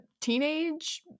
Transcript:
teenage